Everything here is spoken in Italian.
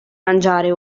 mangiare